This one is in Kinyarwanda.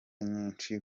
nyinshi